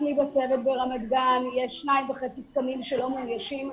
אצלי בצוות ברמת גן יש 2.5 תקנים שלא מאוישים.